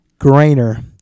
Grainer